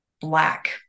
black